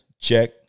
Check